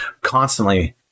constantly